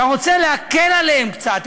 אתה רוצה להקל עליהם קצת,